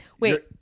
Wait